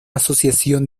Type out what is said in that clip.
asociación